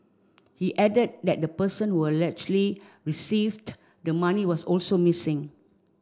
he added that the person allegedly received the money was also missing